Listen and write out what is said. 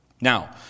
Now